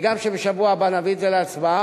וגם שבשבוע הבא נביא את זה להצבעה.